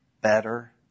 better